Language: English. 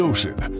Ocean